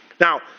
Now